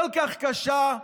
כל כך קשה,